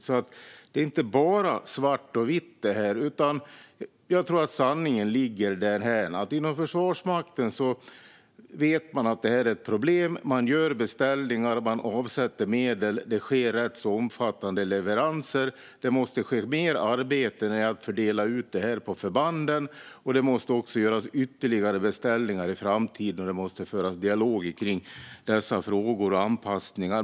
Det här är inte bara svart och vitt, utan jag tror att sanningen ligger i att man inom Försvarsmakten vet att det här är ett problem. Man gör beställningar, och man avsätter medel. Det sker rätt omfattande leveranser. Det måste ske mer arbete med att fördela ut detta på förbanden, och det måste också göras ytterligare beställningar i framtiden. Det måste även föras dialog i dessa frågor och kring anpassningar.